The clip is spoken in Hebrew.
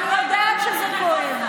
את היית במקום ה-40.